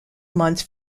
months